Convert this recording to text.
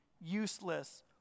useless